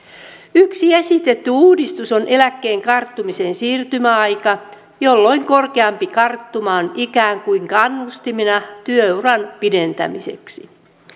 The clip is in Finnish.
yksi esitetty uudistus on eläkkeen karttumisen siirtymäaika jolloin korkeampi karttuma on ikään kuin kannustimena työuran pidentämiseksi